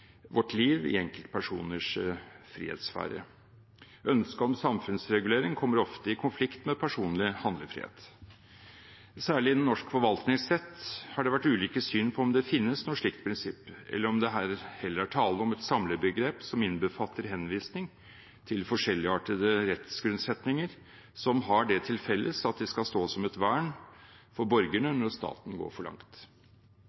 vårt liv, i enkeltpersoners frihetssfære. Ønsket om samfunnsregulering kommer ofte i konflikt med personlig handlefrihet. Særlig innen norsk forvaltningsrett har det vært ulike syn på om det finnes noe slikt prinsipp, eller om det her heller er tale om et samlebegrep som innbefatter henvisning til forskjelligartete rettsgrunnsetninger som har det til felles at de skal stå som et vern for borgerne